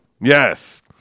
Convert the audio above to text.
Yes